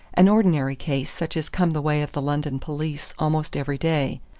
an ordinary case such as come the way of the london police almost every day.